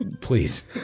please